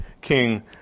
king